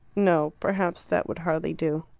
no perhaps that would hardly do.